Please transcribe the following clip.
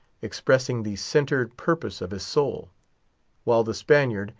expressing the centred purpose of his soul while the spaniard,